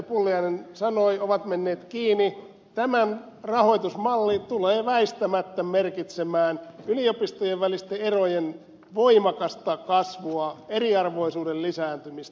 pulliainen sanoi ovat menneet kiinni tämä rahoitusmalli tulee väistämättä merkitsemään yliopistojen välisten erojen voimakasta kasvua eriarvoisuuden lisääntymistä